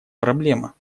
проблема